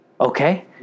Okay